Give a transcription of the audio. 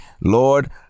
Lord